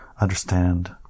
understand